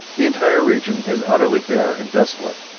the entire region is utterly bare and desolate,